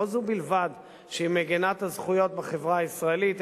לא זו בלבד שהיא מגינת הזכויות בחברה הישראלית,